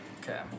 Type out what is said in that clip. Okay